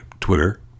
Twitter